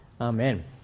Amen